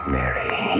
Mary